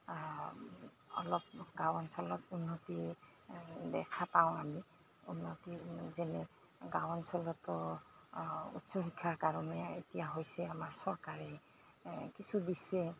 অলপ গাঁও অঞ্চলত উন্নতি দেখা পাওঁ আমি উন্নতি যেনে গাঁও অঞ্চলতো উচ্চ শিক্ষাৰ কাৰণে এতিয়া হৈছে আমাৰ চৰকাৰে কিছু দিছে